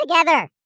together